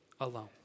alone